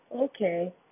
Okay